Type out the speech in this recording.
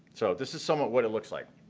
so this is somewhat it looks like,